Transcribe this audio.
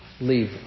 leave